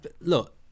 look